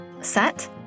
set